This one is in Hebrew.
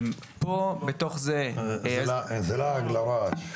זה לעג לרש.